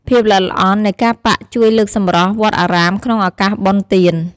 ភាពល្អិតល្អន់នៃការប៉ាក់ជួយលើកសម្រស់វត្តអារាមក្នុងឱកាសបុណ្យទាន។